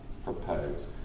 propose